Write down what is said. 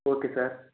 okay sir